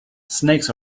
snakes